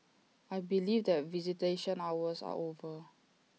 I believe that visitation hours are over